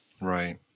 Right